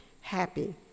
happy